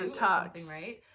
right